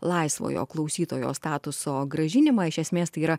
laisvojo klausytojo statuso grąžinimą iš esmės tai yra